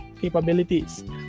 capabilities